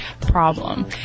problem